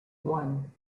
one